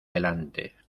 delante